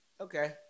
Okay